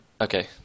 Okay